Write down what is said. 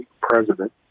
president